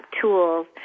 tools